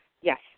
Yes